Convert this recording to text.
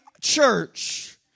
church